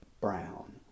Brown